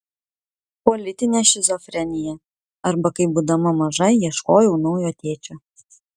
politinė šizofrenija arba kaip būdama maža ieškojau naujo tėčio